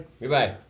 Goodbye